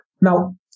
Now